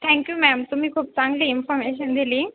thank you ma'am तुम्ही खूप चांगली इन्फर्मेशन दिली